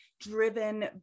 driven